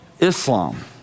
Islam